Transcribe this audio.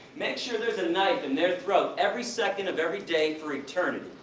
make sure there is a knife in their throat every second of every day for eternity.